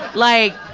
like,